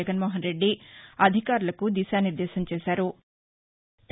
జగన్మోహన్రెడ్డి అధికారులకు దిశానిర్గేశం చేశారు